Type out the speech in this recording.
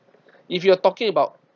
if you are talking about